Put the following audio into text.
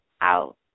out